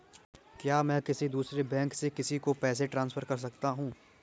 क्या मैं किसी दूसरे बैंक से किसी को पैसे ट्रांसफर कर सकता हूँ?